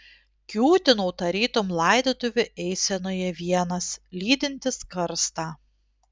kiūtinau tarytum laidotuvių eisenoje vienas lydintis karstą